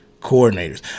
coordinators